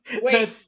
wait